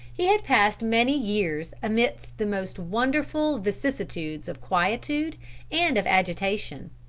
he had passed many years amidst the most wonderful vicissitudes of quietude and of agitation,